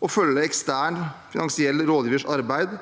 å følge ekstern finansiell rådgivers arbeid,